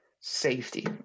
safety